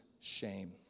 shame